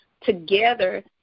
together